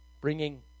bringing